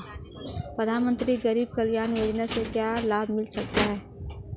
प्रधानमंत्री गरीब कल्याण योजना से क्या लाभ मिल सकता है?